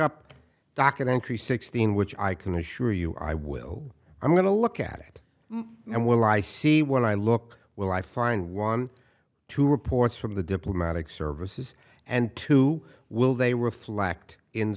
up documentary sixteen which i can assure you i will i'm going to look at it and will i see when i look will i find one two reports from the diplomatic services and two will they reflect in